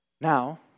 Now